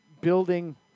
building